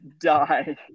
die